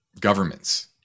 governments